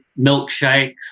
milkshakes